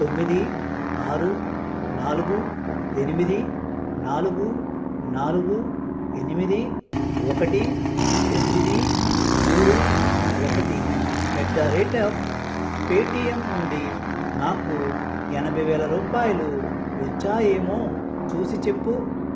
తొమ్మిది ఆరు నాలుగు ఎనిమిది నాలుగు నాలుగు ఎనిమిది ఒకటి తొమ్మిది మూడు ఒకటి at the rate of Paytm నుండి నాకు ఎనభై వేల రూపాయలు వచ్చాయేమో చూసి చెప్పు